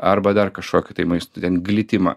arba dar kažkokį tai maistą ten glitimą